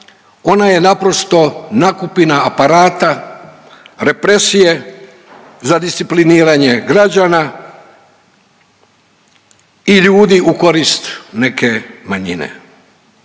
Ona je naprosto nakupina aparata, represije za discipliniranje građana i ljudi u korist neke manjine.